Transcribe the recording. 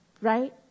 right